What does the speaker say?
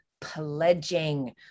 pledging